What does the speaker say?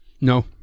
No